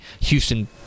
Houston